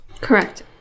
Correct